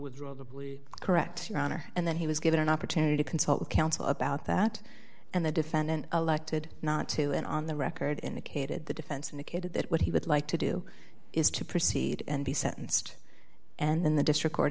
to correct your honor and then he was given an opportunity to consult with counsel about that and the defendant elected not to and on the record indicated the defense indicated that what he would like to do is to proceed and be sentenced and then the district court